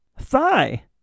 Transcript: thigh